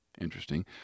interesting